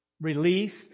released